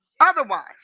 otherwise